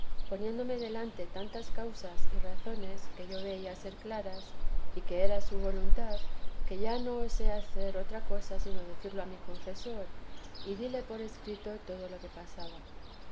poniéndome delante tantas causas y razones que yo veía ser claras y que era su voluntad que ya no osé hacer otra cosa sino decirlo a mi confesor y díle por escrito todo lo que pasaba